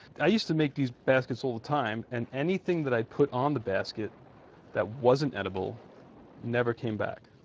i used to make these baskets all the time and anything that i put on the basket that wasn't edible never came back.